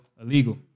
illegal